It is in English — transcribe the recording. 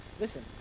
listen